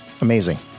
amazing